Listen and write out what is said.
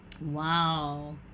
Wow